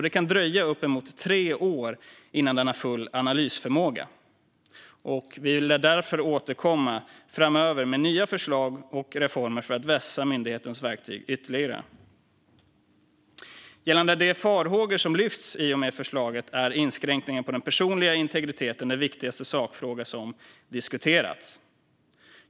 Det kan dröja uppemot tre år innan den har full analysförmåga. Vi lär därför återkomma framöver med nya förslag och reformer för att vässa myndighetens verktyg ytterligare. När det gäller de farhågor som lyfts fram i samband med förslaget är inskränkningen i den personliga integriteten den viktigaste sakfråga som har diskuterats.